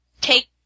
take